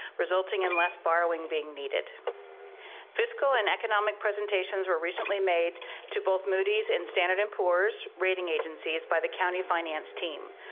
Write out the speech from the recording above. resulting in less borrowing being needed fiscal and economic presentations were recently made to both moody's and standard and poor's rating agencies by the county finance team.